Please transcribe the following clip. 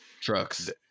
trucks